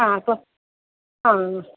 ആ അപ്പോൾ ആ